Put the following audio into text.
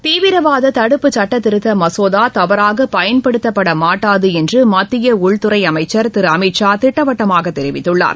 தீவிரவாத தடுப்புச் சுட்டத் திருத்த மசோதா தவறாக பயன்படுத்தப்படமாட்டாது என்று மத்திய உள்துறை அமைச்சர் திரு அமித் ஷா திட்டவட்டமாக தெரிவித்துள்ளார்